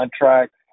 contracts